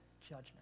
judgment